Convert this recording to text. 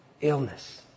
illness